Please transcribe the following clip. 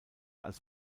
als